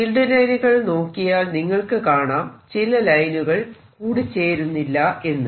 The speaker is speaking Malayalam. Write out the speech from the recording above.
ഫീൽഡ് ലൈനുകൾ നോക്കിയാൽ നിങ്ങൾക്ക് കാണാം ചില ലൈനുകൾ കൂടിച്ചേരുന്നില്ല എന്ന്